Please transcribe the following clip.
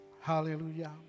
Hallelujah